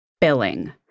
Billing